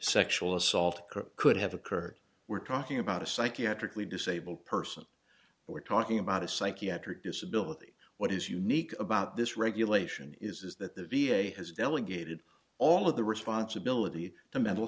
sexual assault could have occurred we're talking about a psychiatrically disabled person we're talking about a psychiatric disability what is unique about this regulation is that the v a has delegated all of the responsibility to mental